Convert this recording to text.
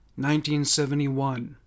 1971